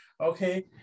Okay